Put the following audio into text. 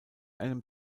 einem